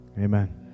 Amen